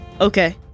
okay